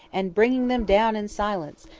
and bringing them down in silence,